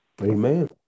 Amen